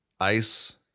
ice